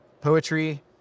poetry